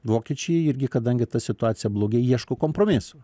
vokiečiai irgi kadangi ta situacija blogėja ieško kompromisų